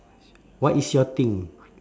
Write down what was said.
what is your thing